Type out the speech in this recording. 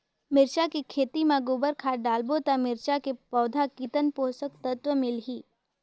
मिरचा के खेती मां गोबर खाद डालबो ता मिरचा के पौधा कितन पोषक तत्व मिलही?